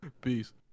Peace